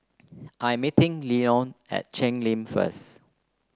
I am meeting Lenon at Cheng Lim first